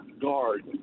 guard